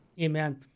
Amen